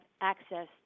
access